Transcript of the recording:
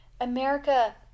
America